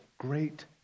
Great